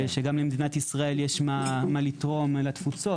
וגם למדינת ישראל יש מה לתרום לתפוצות,